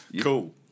Cool